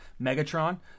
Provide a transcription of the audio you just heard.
Megatron